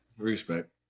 Respect